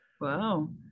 Wow